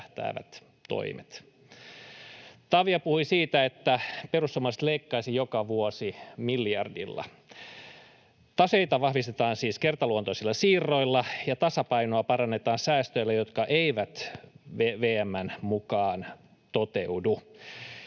Tavio puhui siitä, että perussuomalaiset leikkaisi joka vuosi miljardilla. Taseita vahvistetaan siis kertaluontoisilla siirroilla ja tasapainoa parannetaan säästöillä, jotka eivät VM:n mukaan toteudu.